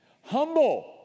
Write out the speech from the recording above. Humble